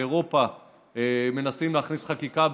באירופה מנסים להכניס חקיקה.